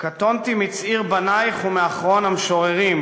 "קטונתי מצעיר בנייך ומאחרון המשוררים",